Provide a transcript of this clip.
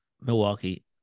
Milwaukee